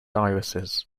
irises